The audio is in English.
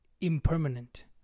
impermanent